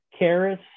Karis